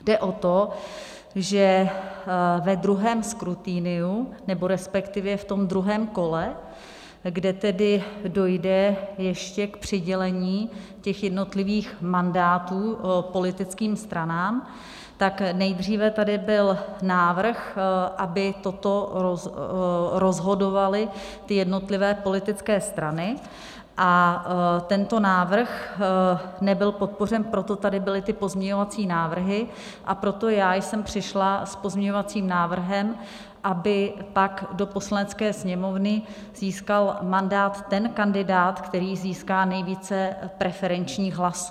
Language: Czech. Jde o to, že ve druhém skrutiniu, nebo respektive v tom druhém kole, kde tedy dojde ještě k přidělení těch jednotlivých mandátů politickým stranám, tak nejdříve tady byl návrh, aby toto rozhodovaly ty jednotlivé politické strany, a tento návrh nebyl podpořen, proto tady byly ty pozměňovací návrhy a proto já jsem přišla s pozměňovacím návrhem, aby pak do Poslanecké sněmovny získal mandát ten kandidát, který získá nejvíce preferenčních hlasů.